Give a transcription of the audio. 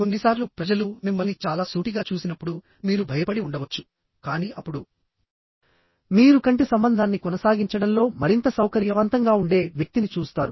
కొన్నిసార్లు ప్రజలు మిమ్మల్ని చాలా సూటిగా చూసినప్పుడు మీరు భయపడి ఉండవచ్చు కానీ అప్పుడు మీరు కంటి సంబంధాన్ని కొనసాగించడంలో మరింత సౌకర్యవంతంగా ఉండే వ్యక్తిని చూస్తారు